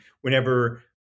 whenever